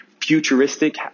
futuristic